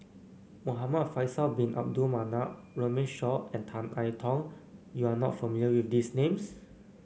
Muhamad Faisal Bin Abdul Manap Runme Shaw and Tan I Tong you are not familiar with these names